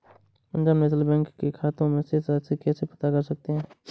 Punjab National Bank में खाते की शेष राशि को कैसे पता कर सकते हैं?